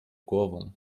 głową